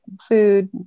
food